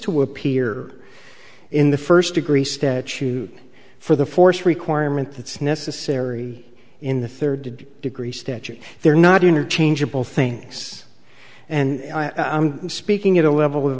to appear in the first degree statute for the force requirement that's necessary in the third degree statute they're not interchangeable things and i'm speaking at a level